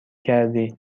کردی